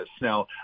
now